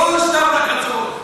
לא סתם רק הצהרות.